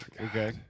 okay